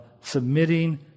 submitting